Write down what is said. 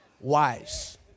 wise